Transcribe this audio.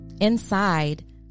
Inside